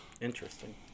Interesting